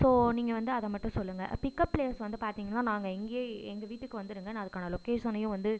so நீங்கள் வந்து அதை மட்டும் சொல்லுங்க பிக்அப் ப்ளேஸ் வந்து பார்த்திங்னா நாங்கள் இங்கேயே எங்கள் வீட்டுக்கு வந்துடுங்க நான் அதுக்கான லொக்கேஷனையும் வந்து